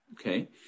Okay